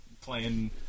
playing